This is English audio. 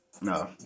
No